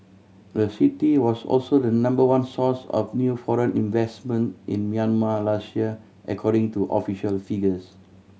the city was also the number one source of new foreign investment in Myanmar last year according to official figures